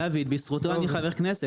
דוד, בזכותו אני חבר כנסת.